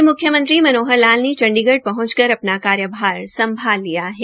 म्ख्यमंत्री मनोहर लाल ने चंडीगढ़ पहुंचकर अपना कार्यभार संभाल लिया है